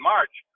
March